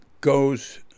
goes